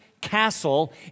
Castle